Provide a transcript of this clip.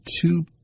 two